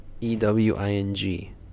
E-W-I-N-G